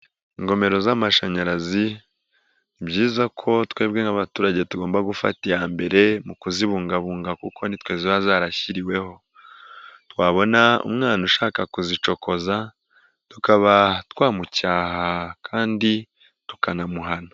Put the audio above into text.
Ingomero z'amashanyarazi ni byiza ko twebwe nk'abaturage tugomba gufata iyambere mu kuzibungabunga kuko nitwe ziba zarashyiriweho, twabona umwana ushaka kuzicokoza tukaba twamucyaha kandi tukanamuhana.